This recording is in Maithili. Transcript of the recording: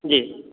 जी